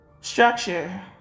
Structure